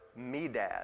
Medad